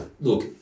look